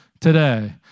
today